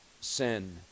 sin